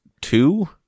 two